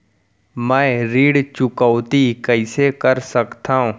मैं ऋण चुकौती कइसे कर सकथव?